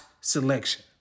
selection